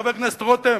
חבר הכנסת רותם,